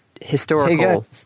historical